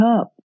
up